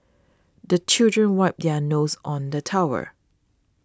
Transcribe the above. the children wipe their noses on the towel